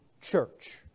church